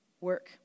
work